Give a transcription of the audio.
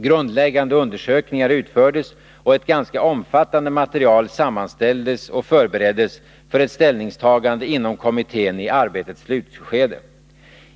Grundläggande undersökningar utfördes, och ett ganska omfattande material sammanställdes och förbereddes för ett ställningstagande inom kommittén i arbetets slutskede.